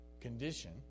condition